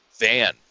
van